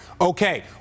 okay